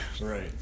Right